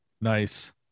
nice